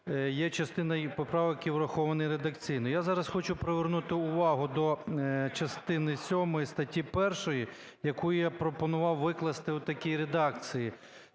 є частина поправок, які враховані редакційно. Я зараз хочу привернути увагу до частини сьомої статті 1, яку я пропонував викласти в такій редакції: